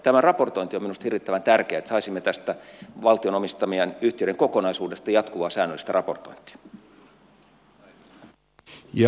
tämä raportointi on minusta hirvittävän tärkeä että saisimme tästä valtion omistamien yhtiöiden kokonaisuudesta jatkuvaa säännöllistä raportointia